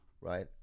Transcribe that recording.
right